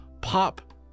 pop